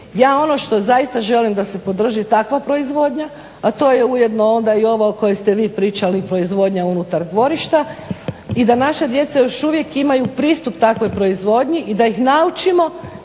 Ja ono što zaista želim da se podrži je takva proizvodnja, a to je ujedno onda i ova o kojoj ste vi pričali proizvodnja unutar dvorišta i da naša djeca još uvijek imaju pristup takvoj proizvodnji i da ih naučimo